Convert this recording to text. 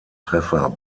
treffer